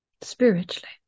Spiritually